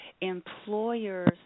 employers